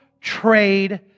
trade